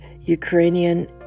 Ukrainian